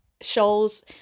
shows